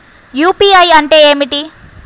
UPI అంటే ఏమిటి?